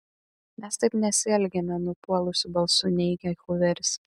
mes taip nesielgiame nupuolusiu balsu neigia huveris